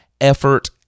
effort